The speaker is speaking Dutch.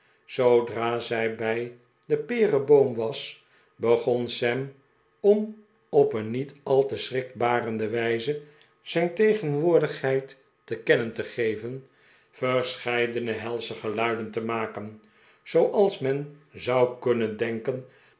zoodra zij bij den pereboom was begon sam om op een niet al te schrikbarende wijze zijn tegenwoordigheid te kennen te geven verscheidene helsche geluiden te maken zooals men zou kunnen denken